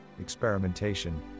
experimentation